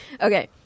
Okay